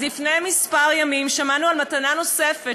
אז לפני כמה ימים שמענו על מתנה נוספת